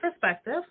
perspective